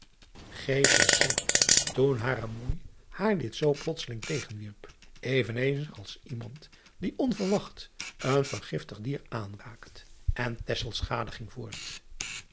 toen hare moei haar dit zoo plotseling tegenwierp even eens als iemand die onverwacht een vergiftig dier aanraakt en ging voort